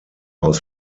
aus